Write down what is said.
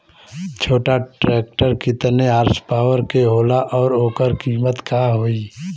छोटा ट्रेक्टर केतने हॉर्सपावर के होला और ओकर कीमत का होई?